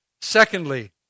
Secondly